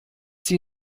sie